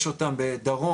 יש אותה בדרום,